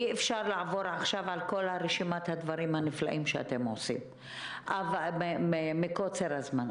אי-אפשר לעבור עכשיו על כל רשימת הדברים הנפלאים שאתם עושים מקוצר הזמן.